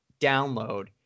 download